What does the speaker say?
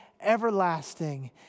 everlasting